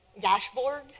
dashboard